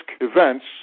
events